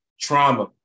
trauma